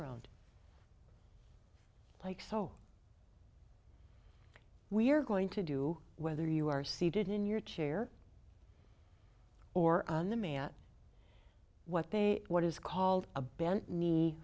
around like so we're going to do whether you are seated in your chair or on the man what they what is called a bent nee